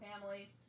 family